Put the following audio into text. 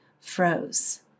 froze